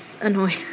annoying